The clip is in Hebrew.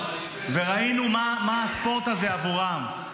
וראינו מה הספורט הזה עבורם,